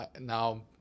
now